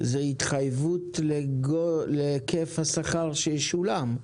הוא התחייבות להיקף השכר שישולם.